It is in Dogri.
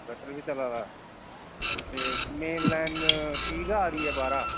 इन्वर्टर बी चला दा एह् मेन लाइन ठीक आ दी ऐ बाह्रा